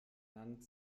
land